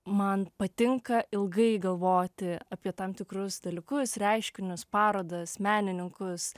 man patinka ilgai galvoti apie tam tikrus dalykus reiškinius parodas menininkus